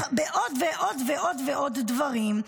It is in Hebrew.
ועוד ועוד ועוד דברים,